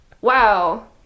wow